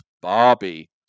Barbie